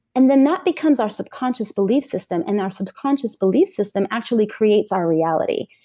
and then that becomes our subconscious belief system, and our subconscious belief system actually creates our reality,